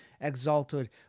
exalted